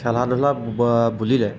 খেলা ধূলা বুলিলে